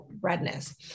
redness